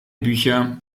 bücher